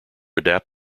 adapt